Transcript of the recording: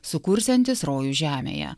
sukursiantis rojų žemėje